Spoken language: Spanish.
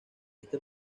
este